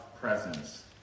presence